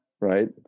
right